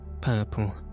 purple